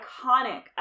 iconic